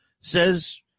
says